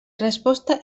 resposta